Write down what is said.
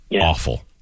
awful